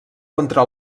contra